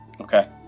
Okay